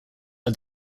are